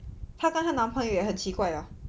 她跟她男朋友也很奇怪的